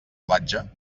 platja